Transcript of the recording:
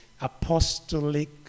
apostolic